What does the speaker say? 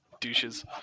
douches